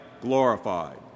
glorified